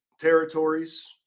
territories